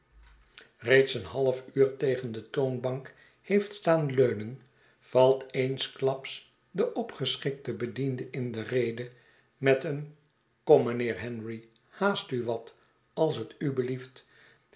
reeds een half uur tegen de toonbank heeft staan leunen valt eensklaps den opgeschikten bediende in de rede met een xom mijnheer henry haastuwat als het u belieft